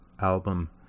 album